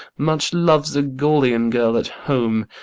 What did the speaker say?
much loves a gallian girl at home.